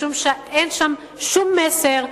משום שאין שם שום מסר,